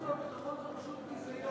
אבל ועדת החוץ והביטחון זה פשוט ביזיון,